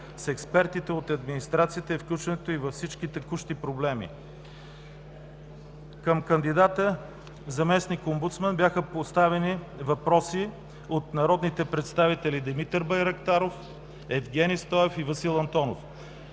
с експертите от администрацията и включването им във всичките текущи проблеми. Към кандидатът заместник-омбудсман бяха поставени въпроси от народните представители Димитър Байрактаров, Евгени Стоев и Васил Антонов.